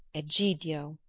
egidio!